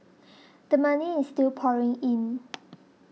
the money is still pouring in